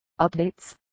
updates